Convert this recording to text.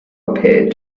appeared